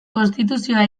konstituzioa